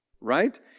right